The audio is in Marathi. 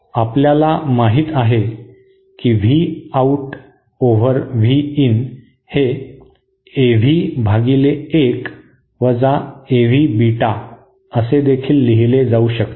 आपल्याला माहित आहे की V out over V in हे एव्ही भागिले 1 वजा एव्ही बीटा असेदेखील लिहिले जाऊ शकते